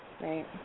Right